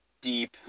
deep